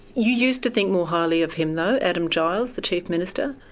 you used to think more highly of him though, adam giles, the chief minister.